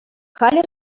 халӗ